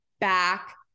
back